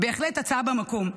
בהחלט הצעה במקום.